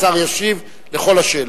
השר ישיב על כל השאלות.